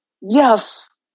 Yes